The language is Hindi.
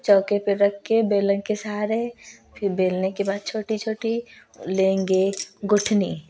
चौकी पर रख कर बेलन के सहारे फिर बेलने के बाद छोटी छोटी लेंगे गुठनी